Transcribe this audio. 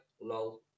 lol